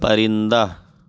پرندہ